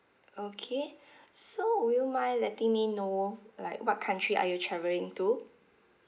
okay so would you mind letting me know like what country are you travelling to